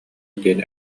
диэн